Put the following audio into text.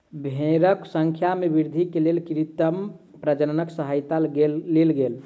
भेड़क संख्या में वृद्धि के लेल कृत्रिम प्रजननक सहयता लेल गेल